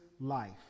life